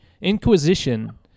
Inquisition